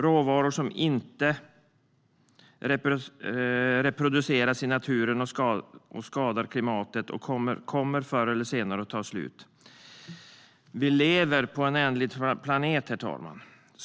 Råvaror som inte reproduceras i naturen skadar klimatet och kommer förr eller senare att ta slut. Vi lever på en ändlig planet.